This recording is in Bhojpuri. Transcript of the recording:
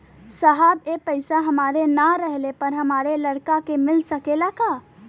साहब ए पैसा हमरे ना रहले पर हमरे लड़का के मिल सकेला का?